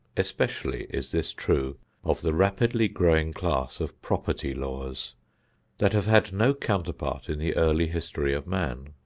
especially is this true of the rapidly growing class of property laws that have had no counterpart in the early history of man.